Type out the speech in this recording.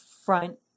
front